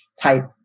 type